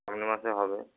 সামনের মাসে হবে